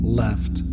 left